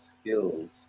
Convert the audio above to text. skills